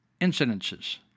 incidences